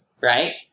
right